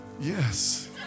yes